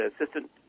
assistant